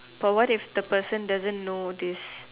provide if the person doesn't know this